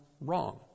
wrong